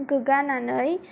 गोग्गानानै